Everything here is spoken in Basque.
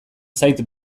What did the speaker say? zait